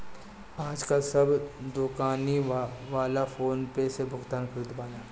आजकाल सब दोकानी वाला फ़ोन पे से भुगतान करत बाने